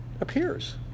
appears